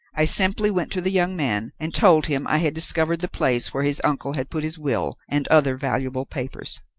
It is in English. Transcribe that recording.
i simply went to the young man, and told him i had discovered the place where his uncle had put his will and other valuable papers.